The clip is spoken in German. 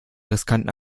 riskanten